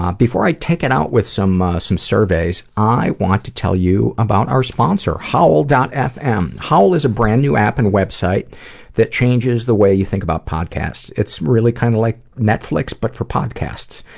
um before i take it out with some some surveys, i want to tell you about our sponsor. howl. fm. howl is a brand new app and website that changes the way you think about podcasts. it's really kind of like netflix but for podcasts.